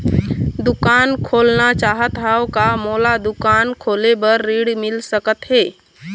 दुकान खोलना चाहत हाव, का मोला दुकान खोले बर ऋण मिल सकत हे?